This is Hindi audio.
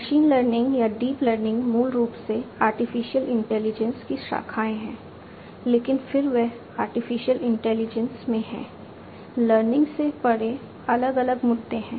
मशीन लर्निंग या डीप लर्निंग मूल रूप से आर्टिफिशियल इंटेलिजेंस में हैं लर्निंग से परे अलग अलग मुद्दे हैं